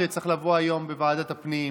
שצריך לבוא היום בוועדת הפנים,